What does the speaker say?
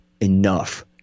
enough